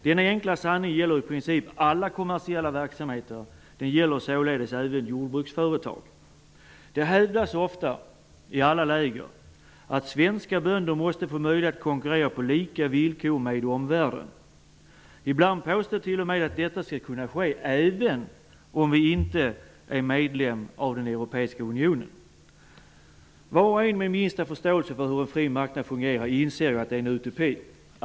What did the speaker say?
Den enkla sanningen gäller i princip alla kommersiella verksamheter. Det gäller således även jordbruksföretag. Det hävdas ofta i alla läger att svenska bönder måste få möjlighet att konkurrera på lika villkor med omvärlden. Ibland påstår man t.o.m. att detta skall kunna ske även om Sverige inte är medlem av den europeiska unionen. Var och en med minsta förståelse för hur en fri marknad fungerar inser att det är en utopi.